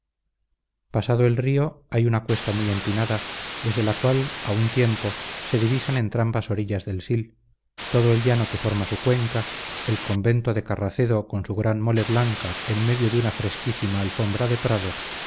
pasado el río hay una cuesta muy empinada desde la cual a un tiempo se divisan entrambas orillas del sil todo el llano que forma su cuenca el convento de carracedo con su gran mole blanca en medio de una fresquísima alfombra de prados